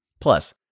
Plus